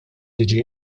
tiġi